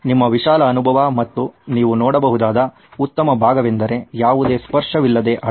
ನಿಮ್ಮ ವಿಶಾಲ ಅನುಭವ ಮತ್ತು ನೀವು ನೋಡಬಹುದಾದ ಉತ್ತಮ ಭಾಗವೆಂದರೆ ಯಾವುದೇ ಸ್ಪರ್ಶವಿಲ್ಲದೆ ಅಳೆಯುವುದು